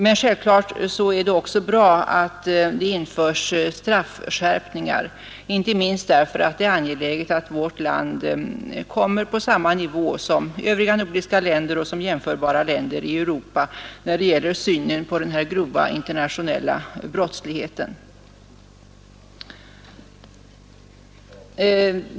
Men självfallet är det också bra att det införs straffskärpningar, inte minst därför att det är angeläget att vårt land kommer på samma nivå som övriga nordiska länder och jämförbara länder i Europa när det gäller synen på den grova internationella brottsligheten.